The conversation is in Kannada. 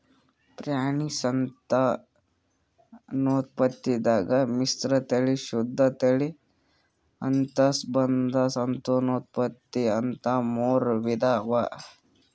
ಪ್ರಾಣಿ ಸಂತಾನೋತ್ಪತ್ತಿದಾಗ್ ಮಿಶ್ರತಳಿ, ಶುದ್ಧ ತಳಿ, ಅಂತಸ್ಸಂಬಂಧ ಸಂತಾನೋತ್ಪತ್ತಿ ಅಂತಾ ಮೂರ್ ವಿಧಾ ಅವಾ